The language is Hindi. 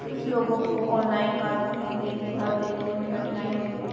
कुछ लोगों को ऑनलाइन पासबुक लेनदेन इतिहास देखने में कठिनाई होती हैं